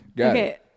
Okay